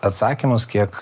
atsakymus kiek